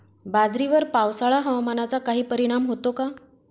बाजरीवर पावसाळा हवामानाचा काही परिणाम होतो का?